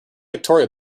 victoria